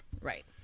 Right